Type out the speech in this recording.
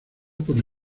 por